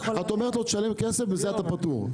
שישלם כסף ובזה הוא פטור.